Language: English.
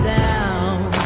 down